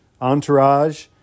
entourage